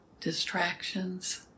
Distractions